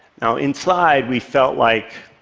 now, inside, we felt like